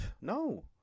No